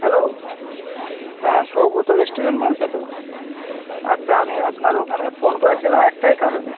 hello হ্যাঁ Saugata restaurant বলছ তো আচ্ছা আমি আপনার ওখানে ফোন করেছিলাম একটাই কারণে